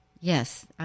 yes